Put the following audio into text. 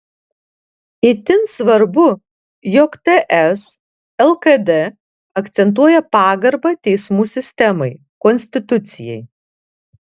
itin svarbu jog ts lkd akcentuoja pagarbą teismų sistemai konstitucijai